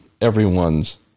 everyone's